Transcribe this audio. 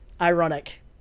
ironic